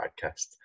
Podcast